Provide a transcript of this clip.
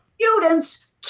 Students